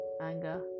anger